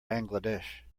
bangladesh